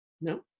No